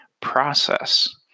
process